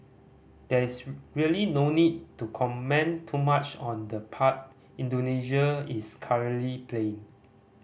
there is really no need to comment too much on the part Indonesia is currently playing